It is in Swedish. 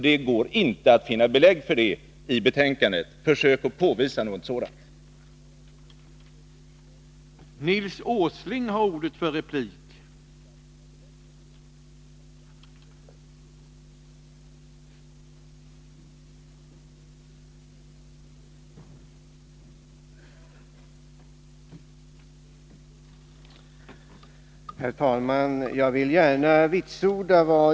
Det går inte att finna belägg för Mats Hellströms påståenden i Onsdagen den betänkandet. Försök att påvisa något sådant! 15 december 1982